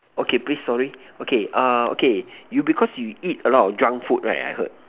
okay please sorry okay err okay because you eat a lot of drunk food right I hear